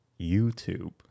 YouTube